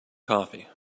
coffee